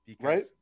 Right